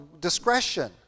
discretion